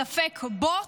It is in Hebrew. ספק-בוט,